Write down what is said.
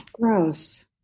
gross